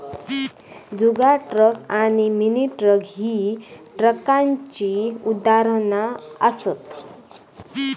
जुगाड truck आणि mini truck ही ट्रकाची उदाहरणा असत